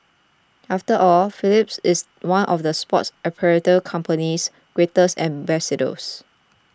after all Phelps is one of the sports apparel company's greatest ambassadors